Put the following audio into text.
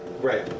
Right